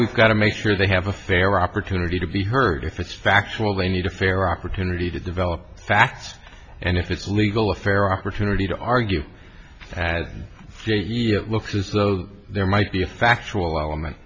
we've got to make sure they have a fair opportunity to be heard if it's factual they need a fair opportunity to develop facts and if it's legal a fair opportunity to argue that it looks as though there might be a factual element